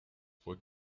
fue